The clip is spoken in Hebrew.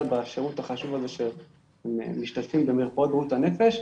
בשירות החשוב הזה של משתתפים במרפאות בריאות הנפש,